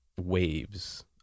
waves